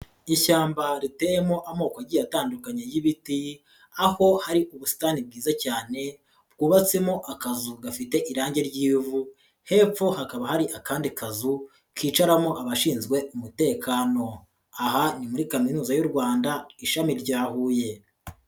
Ishyamba riteyemo amoko agiye atandukanye y'ibiti, aho hari ubusitani bwiza cyane bwubatsemo akazu gafite irange ry'ivu hepfo hakaba hari akandi kazu kicaramo abashinzwe umutekano. Aha ni muri Kaminuza y'u Rwanda ishami rya Huye.